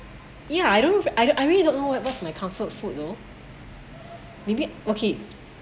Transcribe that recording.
ya I don't I really don't know what what's my comfort food know maybe okay